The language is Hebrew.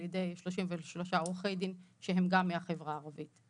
ידי 33 עורכי דין שגם הם מהחברה הערבית.